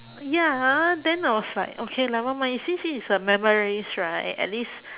ya then I was like okay never mind since it is a memories right at least